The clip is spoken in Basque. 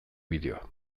bideoa